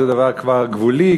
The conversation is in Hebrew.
זה דבר כבר גבולי,